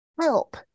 help